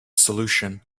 solution